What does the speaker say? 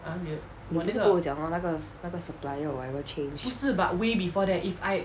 你不是跟我讲 lor 那个那个 supplier or whatever change